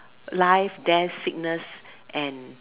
life death sickness and